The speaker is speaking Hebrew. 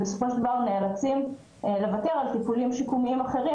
ונאלצים לוותר על טיפולים שיקומיים אחרים,